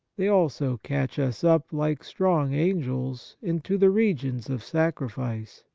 they also catch us up, like strong angels, into the regions of sacrifice.